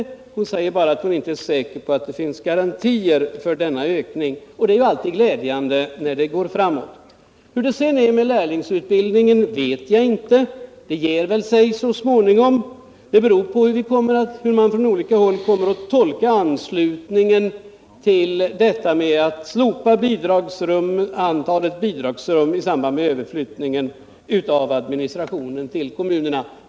Lena Hjelm-Wallén säger nu bara att hon inte är säker på att det finns garantier för att antalet utbildningsplatser ökar, och det är ju alltid glädjande när det går framåt. Hur det sedan är med lärlingsutbildningen vet jag inte. Det ger sig väl så småningom. Det beror på hur man från olika håll kommer att tolka anslutningen till förslaget att slopa antalet bidragsrum i samband med överflyttningen av administrationen till kommunerna.